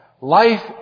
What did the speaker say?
Life